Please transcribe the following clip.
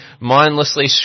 mindlessly